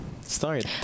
start